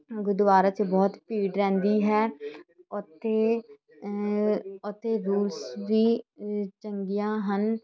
ਗੁਰਦੁਆਰਾ ਚ ਬਹੁਤ ਭੀੜ ਰਹਿੰਦੀ ਹੈ ਉੱਥੇ ਉੱਥੇ ਦੂਸਰੀ ਚੰਗੀਆਂ ਹਨ